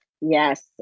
Yes